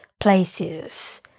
Places